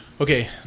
Okay